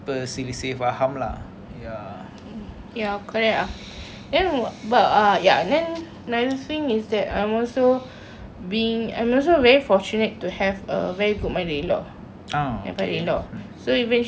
ya correct ah then about uh then another thing is that I'm also being I'm also very fortunate to have a very good mother-in-law and father-in-law in-laws so eventually my in-laws are good are good people ah that one